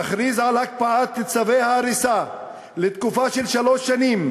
תכריז על הקפאת צווי ההריסה לתקופה של שלוש שנים.